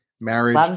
marriage